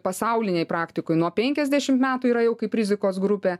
pasaulinėj praktikoj nuo penkiasdešimt metų yra jau kaip rizikos grupė